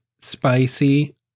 spicy